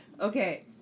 Okay